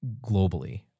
globally